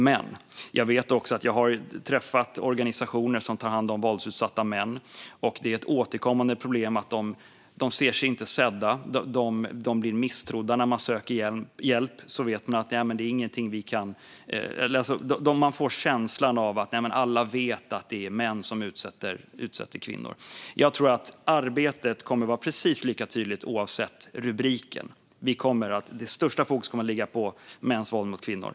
Men jag har också träffat organisationer som tar hand om våldsutsatta män. Det är ett återkommande problem att de inte känner sig sedda och blir misstrodda när de söker hjälp. De får känslan av att alla vet att det är män som utsätter kvinnor för våld. Jag tror att arbetet kommer att vara precis lika tydligt oavsett rubriken. Det största fokuset kommer att ligga på mäns våld mot kvinnor.